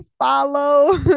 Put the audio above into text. follow